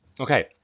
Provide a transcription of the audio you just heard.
okay